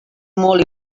molt